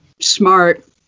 Smart